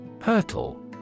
Hurtle